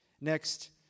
Next